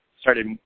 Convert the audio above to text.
started